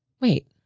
wait